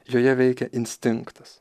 joje veikia instinktas